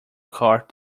court